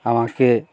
আমাকে